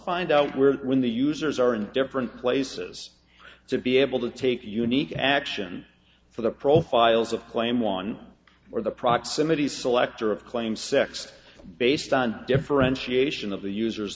find out where when the users are in different places to be able to take unique action for the profiles of claim one or the proximity of selector of claim sex based on differentiation of the user's